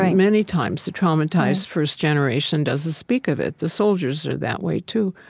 many times, the traumatized first generation doesn't speak of it. the soldiers are that way too.